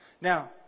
Now